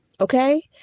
okay